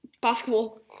Basketball